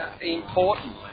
Important